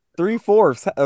three-fourths